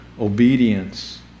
obedience